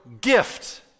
gift